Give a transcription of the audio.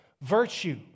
virtue